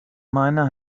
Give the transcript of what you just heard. miner